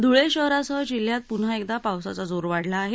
ध्ळे शहरासह जिल्ह्यात प्न्हा एकदा पावसाचा जोर वाढला आहे